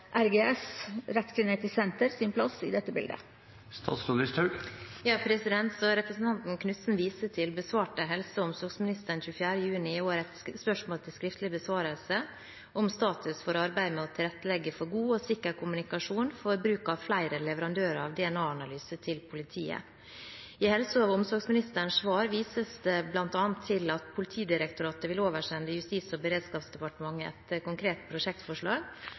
RGS sin plass i dette bildet?» Som representanten Knutsen viser til, besvarte helse- og omsorgsministeren 24. juni i år et spørsmål til skriftlig besvarelse om status for arbeidet med å tilrettelegge for god og sikker kommunikasjon for bruk av flere leverandører av DNA-analyser til politiet. I helse- og omsorgsministerens svar vises det bl.a. til at Politidirektoratet vil oversende Justis- og beredskapsdepartementet et konkret prosjektforslag